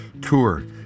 Tour